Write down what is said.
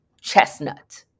chestnut